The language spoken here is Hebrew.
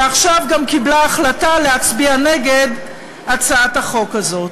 ועכשיו גם קיבלה החלטה להצביע נגד הצעת החוק הזאת.